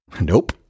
Nope